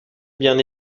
bien